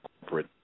corporate